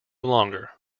longer